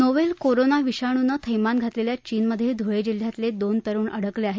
novel corona विषाणूने थैमान घातलेल्या चीनमध्ये धुळे जिल्ह्यातले दोन तरुण अडकले आहेत